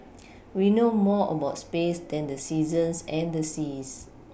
we know more about space than the seasons and the seas